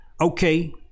okay